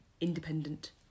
Independent